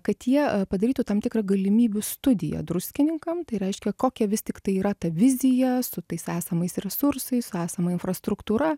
kad jie padarytų tam tikrą galimybių studiją druskininkam tai reiškia kokia vis tiktai yra ta vizija su tais esamais resursais su esama infrastruktūra